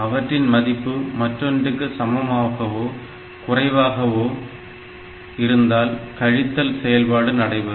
அவற்றின் மதிப்பு மற்றொன்றுக்கு சமமாகவோ குறைவாகவோ இருந்தால் கழித்தல் செயல்பாடு நடைபெறும்